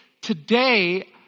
today